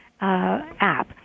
app